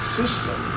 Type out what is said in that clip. system